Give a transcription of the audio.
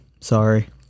Sorry